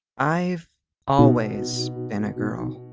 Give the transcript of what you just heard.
i've always been a girl.